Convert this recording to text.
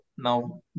Now